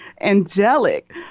angelic